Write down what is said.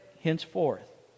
henceforth